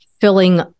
filling